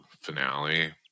finale